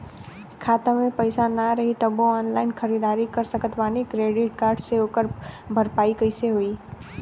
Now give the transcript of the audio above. खाता में पैसा ना रही तबों ऑनलाइन ख़रीदारी कर सकत बानी क्रेडिट कार्ड से ओकर भरपाई कइसे होई?